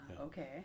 okay